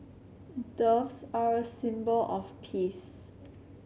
doves are a symbol of peace